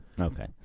Okay